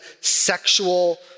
sexual